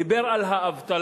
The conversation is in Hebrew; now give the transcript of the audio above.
דיבר על האבטלה,